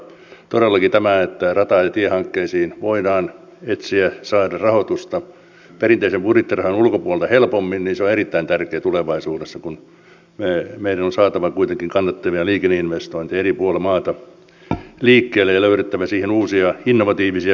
todellakin tämä että rata ja tiehankkeisiin voidaan etsiä ja saada rahoitusta perinteisen budjettirahan ulkopuolelta helpommin on erittäin tärkeää tulevaisuudessa kun meidän on saatava kuitenkin kannattavia liikenneinvestointeja eri puolilla maata liikkeelle ja löydettävä siihen uusia innovatiivisia välineitä